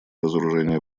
разоружения